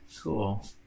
cool